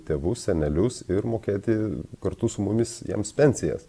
tėvus senelius ir mokėti kartu su mumis jiems pensijas